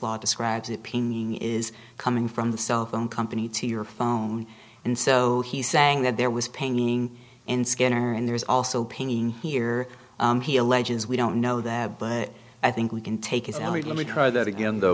law describes it pinging is coming from the cell phone company to your phone and so he's saying that there was painting in scanner and there's also pinging here he alleges we don't know that but i think we can take it and we let me try that again though